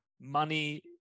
money